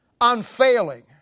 unfailing